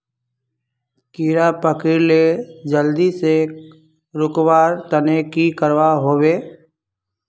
कीड़ा पकरिले जल्दी से रुकवा र तने की करवा होबे?